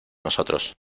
nosotros